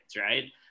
right